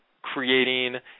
creating